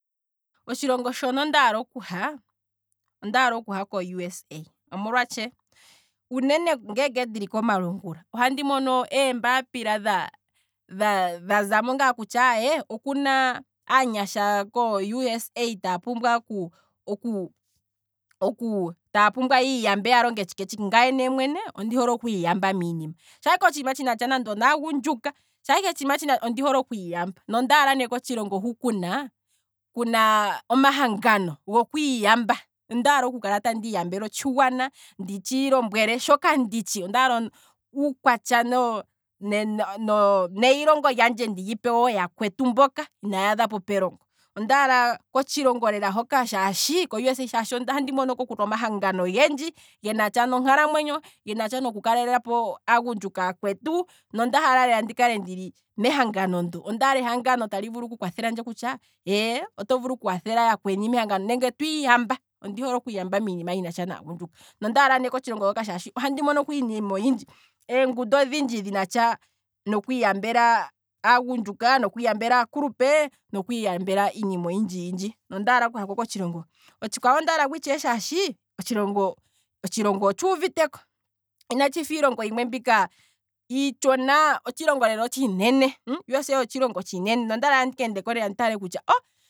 Otshilongo shono ndaala okuha, ondaala okuha kousa, omolwatshee? Uunene nge ndili komalungula, ohandi mono eembapila dha- dha zamo ngaa kutya aye, okuna aanyasha kousa taapumbwa oku- oku- oku taapumbwa yiiyambe ya longe tshike tshike ngaye ne mwene ndi hole okwiiyamba miinima, sha ike otshiima tshinatsha nande onaagundjuka, ondihole okwiiyamba, nonda hala ne kotshilongo hu kuna omahangano gokwiiyamba, ondaala okukala tandi iyambele otshigwana, nditshi lombwele shoka nditshi, ondaala uukwatya no- no- neyilongo lyandje ndi lipe wo oyaakwetu mboka inaya adhapo pelongo, ondaala kotshilongo hoka shaashi, ko usa ohandi monoko kuna omahangano ogendji genatsha nonkalamwenyo, genatsha noku kalelapo aagundjuka aakwetu nonda hala lela ndikale ndili mehangano ndo, ondaala ehangano tali vulu ku kwathelandje kutya, eeye oto vulu ku kwathela yakweni mehangano nenge twiyamba, ondi hole okwiiyamba miinima yinatsha naagundjuka, nondala ne kotshilongo hoka molwaashi ohandi monoko iinima oyindji, eengundu odhindji dhinatsha nokwiiyambela aagundjuka, nokwiiyambela aakulupe, nokwiiyambela iinima oyindji yindji nondaala oku hako kotshilongo ho, otshikwawo itshewe ondaalako shaashi otshilongo, otshilongo otshuuviteko, ina tshifa iilongo yimwe mbika iitshonaa, otshilongo lela otshinene, usa otshilongo otshineneno ndaala ndike endeko lela ndi tale kutya oh!.